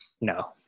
No